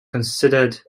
considered